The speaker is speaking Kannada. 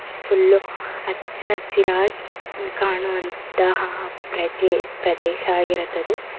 ಫುಲ್ ಹಚ್ಚ ಹಸಿರಾಗಿ ಕಾಣುವಂತಹ ಪ್ರಜೆ ಪ್ರದೇಶ ಆಗಿರುತ್ತದು